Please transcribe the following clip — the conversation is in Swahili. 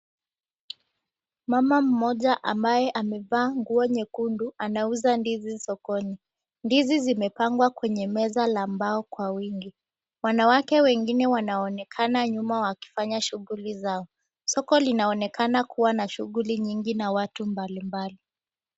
Mama mmoja, ambaye amevaa nguo nyekundu, anauza ndizi sokoni. Ndizi zimepangwa kwenye meza la mbao kwa wingi, wanawake wengine wanaonekana nyuma wakifanya shughuli zao. Soko linaonekana kuwa na shughuli nyingi na watu mbalimbali.